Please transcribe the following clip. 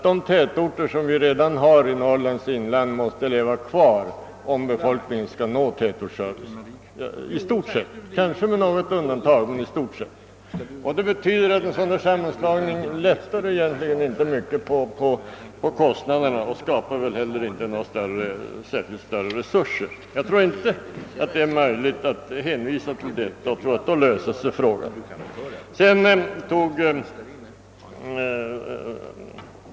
De tätorter som redan finns i Norrlands inland måste leva kvar, om befolkningen skall få denna service. Detta gäller i stort sett, kanske med något undantag. Det betyder följaktligen att en kommunsammanslagning inte lättar mycket på kostnaderna, och den skapar väl heller inte större resurser. Det går alltså inte att hänvisa till detta sätt att lösa problemen.